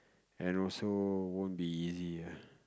and also won't be easy ah